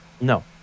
No